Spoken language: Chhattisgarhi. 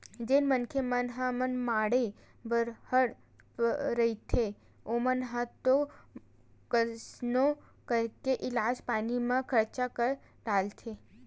जेन मनखे मन ह मनमाड़े बड़हर रहिथे ओमन ह तो कइसनो करके इलाज पानी म खरचा कर डारथे